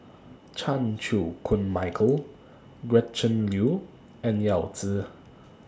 Chan Chew Koon Michael Gretchen Liu and Yao Zi